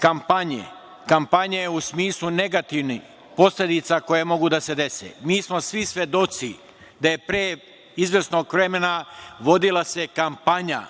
kampanje, kampanje u smislu negativnih posledica koje mogu da se dese. Mi smo svi svedoci da se pre izvesnog vremena vodila kampanja